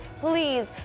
please